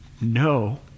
No